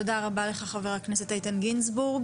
תודה רבה לך, חבר הכנסת איתן גינזבורג.